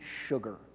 sugar